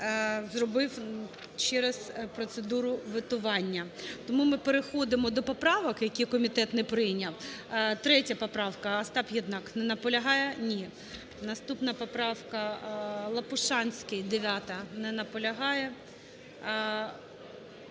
зробив через процедуру ветування. Тому ми переходимо до поправок, які комітет не прийняв. 3 поправка, Остап Єднак. Не наполягає? Ні. Наступна поправка, Лопушанський, 9. Не наполягає.